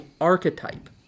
archetype